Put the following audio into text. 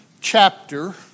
chapter